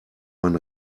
man